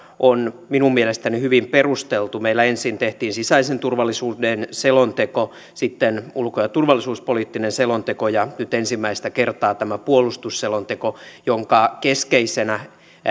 on minun mielestäni hyvin perusteltu meillä ensin tehtiin sisäisen turvallisuuden selonteko sitten ulko ja turvallisuuspoliittinen selonteko ja nyt ensimmäistä kertaa tämä puolustusselonteko jonka keskeisenä